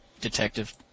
detective